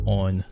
on